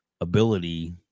ability